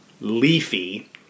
leafy